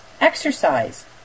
exercise